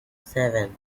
seven